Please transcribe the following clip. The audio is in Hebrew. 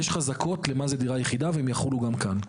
יש חזקות למה זה דירה יחידה, והן יחולו גם כאן.